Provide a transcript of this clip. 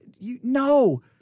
No